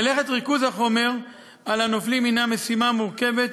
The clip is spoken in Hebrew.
מלאכת ריכוז החומר על הנופלים הִנה משימה מורכבת,